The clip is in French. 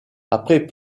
après